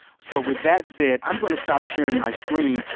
so with that said, i am going to stop sharing my screen.